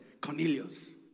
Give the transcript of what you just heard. Cornelius